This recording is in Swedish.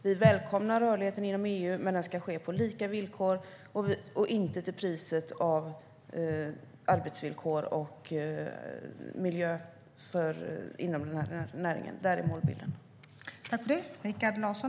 Vi välkomnar rörligheten inom EU, men den ska ske på lika villkor och inte till priset av att arbetsvillkor och miljö försämras inom den här näringen. Där är målbilden.